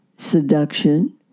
seduction